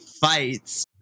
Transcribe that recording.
Fights